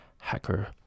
Hacker